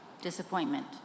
disappointment